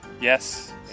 Yes